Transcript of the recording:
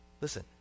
Listen